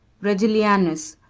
regillianus,